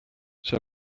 see